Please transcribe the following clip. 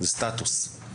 זהו סטטוס.